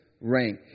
rank